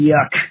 Yuck